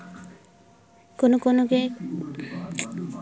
कोनो कोनो किसम के बन ह कइ बछर ले जियत रहिथे